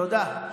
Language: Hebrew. תודה.